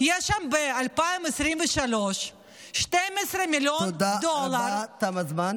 יש שם ב-2023, 12 מיליון דולר, תודה רבה, תם הזמן.